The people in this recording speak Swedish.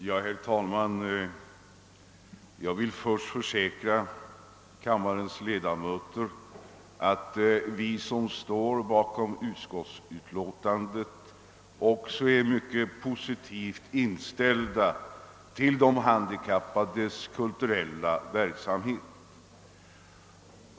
Herr talman! Jag vill först försäkra kammarens ledamöter att också vi som står bakom utskottsmajoritetens utlåtande är mycket positivt inställda till de handikappades kulturella verksamhet.